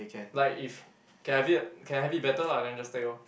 like if can have it can have it better lah then just take lor